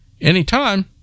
Anytime